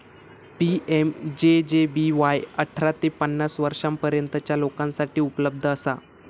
PMJJBY अठरा ते पन्नास वर्षांपर्यंतच्या लोकांसाठी उपलब्ध असा